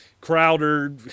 Crowder